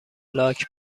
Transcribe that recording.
لاک